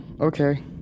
okay